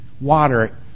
water